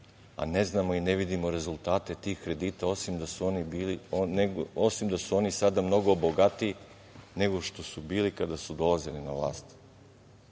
a ne znamo i ne vidimo rezultate tih kredita, osim da su oni sada mnogo bogatiji, nego što su bili kada su dolazili na vlast. Gledao